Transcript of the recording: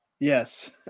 Yes